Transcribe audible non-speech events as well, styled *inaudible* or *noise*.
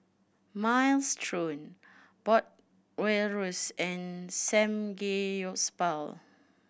Minestrone *unintelligible* and Samgeyopsal